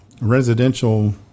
residential